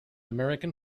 american